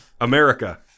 America